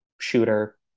shooter